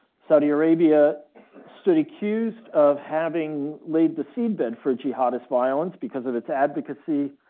saudi arabia stood accused of having laid the seabed for jihadist violence because of its advocacy,